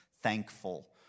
thankful